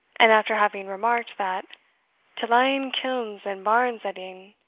and after having remarked, that to lie in kilns and barns at e'en,